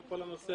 וכל הנושא